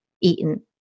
eaten